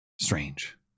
Strange